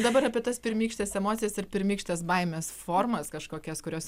dabar apie tas pirmykštes emocijas ir pirmykštes baimės formas kažkokias kurios